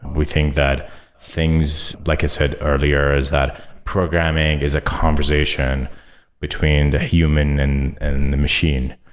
we think that things, like i said earlier, is that programming is a conversation between the human and and the machine.